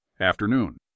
Afternoon